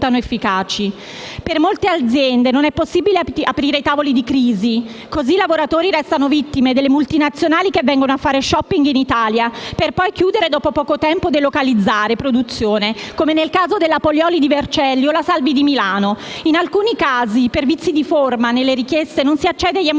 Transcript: Per molte aziende non è possibile aprire i tavoli di crisi, così i lavoratori restano vittime delle multinazionali che vengono a fare *shopping* in Italia per poi chiudere dopo poco tempo e delocalizzare la produzione, come nel caso della Polioli di Vercelli o la Salvi di Milano. In alcuni casi, per vizi di forma nelle richieste non si accede agli